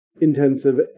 intensive